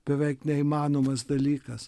beveik neįmanomas dalykas